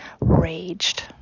raged